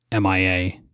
MIA